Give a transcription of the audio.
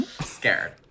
scared